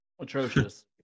Atrocious